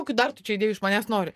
kokių dar tu čia idėjų iš manęs nori